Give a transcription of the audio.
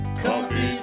coffee